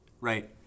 Right